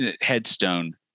headstone